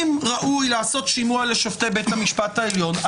אם ראוי לעשות שימוע לשופטי בית המשפט העליון,